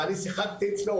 ואני שיחקתי אצלו.